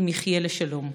/ אם יחיה לשלום.